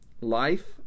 Life